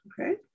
okay